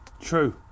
True